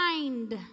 Mind